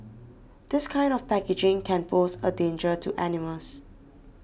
this kind of packaging can pose a danger to animals